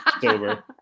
Sober